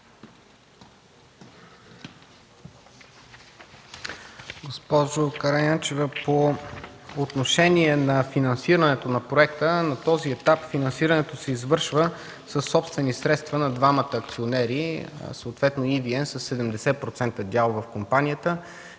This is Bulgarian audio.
Госпожо Караянчева, по отношение на финансирането на проекта. На този етап финансирането се извършва със собствени средства на двамата акционери – съответно EVN със 70% дял в компанията